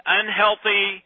unhealthy